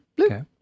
Okay